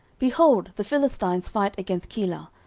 behold, the philistines fight against keilah,